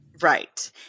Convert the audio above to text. Right